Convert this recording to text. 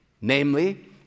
Namely